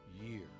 year